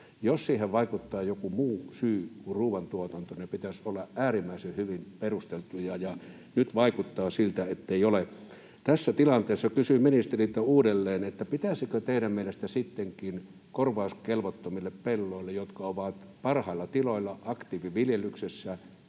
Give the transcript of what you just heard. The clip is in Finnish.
Jos siihen vaikuttaa joku muu syy kuin ruoantuotanto, sen pitäisi olla äärimmäisen hyvin perusteltu, ja nyt vaikuttaa siltä, ettei ole. Tässä tilanteessa kysyn ministeriltä uudelleen, pitäisikö teidän mielestänne sittenkin korvauskelvottomille pellolle, jotka ovat parhailla tiloilla aktiiviviljelyksessä